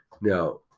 now